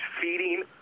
feeding